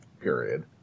period